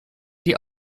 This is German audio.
die